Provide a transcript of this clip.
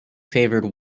favoured